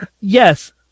Yes